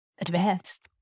advanced